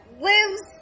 lives